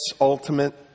ultimate